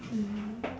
mm